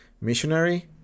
missionary